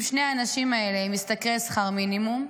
אם שני האנשים האלה משתכרים שכר מינימום,